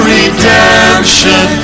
redemption